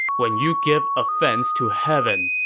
when you give offense to heaven,